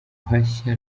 hashya